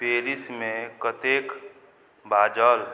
पेरिसमे कतेक बाजल